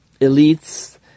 Elites